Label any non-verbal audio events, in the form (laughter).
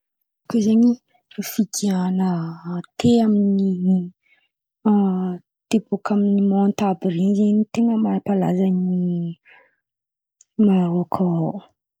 (laughs) Koa zen̈y fividian̈a te amin a- te bôka amin'ny manty àby ren̈y zen̈y ten̈a mampalaza an i Marôka ao.